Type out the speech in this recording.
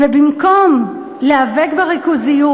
ובמקום להיאבק בריכוזיות,